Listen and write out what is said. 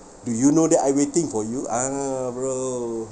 do you know that I waiting for you a'ah bro